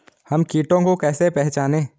हम कीटों को कैसे पहचाने?